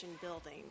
Building